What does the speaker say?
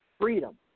freedom